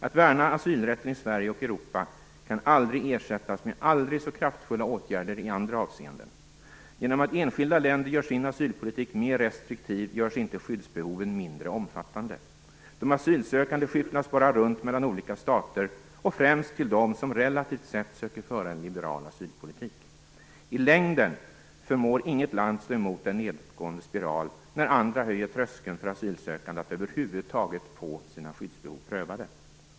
Värnandet av asylrätten i Sverige och i Europa kan inte ersättas med aldrig så kraftfulla åtgärder i andra avseenden. Genom att enskilda länder gör sin asylpolitik mera restriktiv görs inte skyddsbehoven mindre omfattande. De asylsökande skyfflas bara runt mellan olika stater, främst till de stater som relativt sett söker föra en liberal asylpolitik. I längden förmår inget land stå emot en nedåtgående spiral, när andra höjer tröskeln för asylsökande att över huvud taget få sina skyddsbehov prövade.